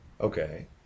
Okay